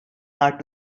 art